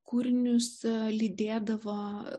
kūrinius lydėdavo